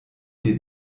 den